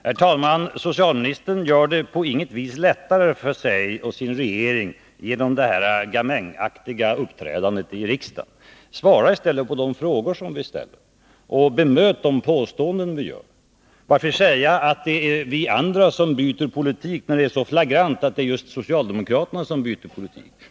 Herr talman! Socialministern gör det på inget vis lättare för sig och sin regering genom detta gamängaktiga uppträdande i riksdagen. Svara i stället på de frågor som vi ställer, och bemöt de påståenden vi gör! Varför säga att det är vi andra som byter politik, när det är så flagrant att det är just socialdemokraterna som byter politik?